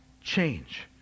change